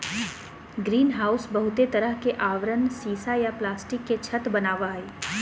greenhouse बहुते तरह के आवरण सीसा या प्लास्टिक के छत वनावई हई